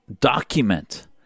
document